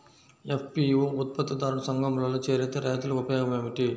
FPO ఉత్పత్తి దారుల సంఘములో చేరితే రైతులకు ఉపయోగము ఏమిటి?